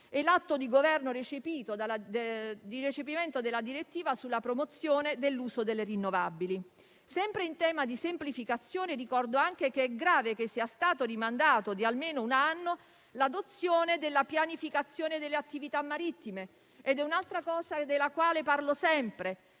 nell'atto di Governo di recepimento della direttiva sulla promozione dell'uso delle rinnovabili. Sempre in tema di semplificazione, ricordo anche che è grave che sia stata rimandata di almeno un anno l'adozione della pianificazione delle attività marittime - è un'altra cosa della quale parlo sempre